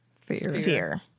Fear